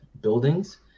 buildings